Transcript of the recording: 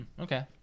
Okay